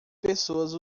pessoas